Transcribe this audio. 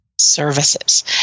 services